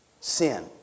sin